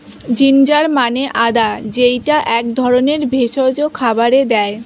ginger মানে আদা যেইটা এক ধরনের ভেষজ খাবারে দেয়